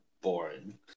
boring